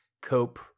cope